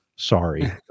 sorry